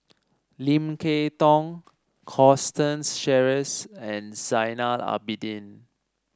Lim Kay Tong Constance Sheares and Zainal Abidin